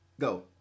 Go